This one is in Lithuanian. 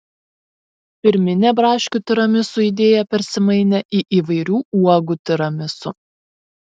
pirminė braškių tiramisu idėja persimainė į įvairių uogų tiramisu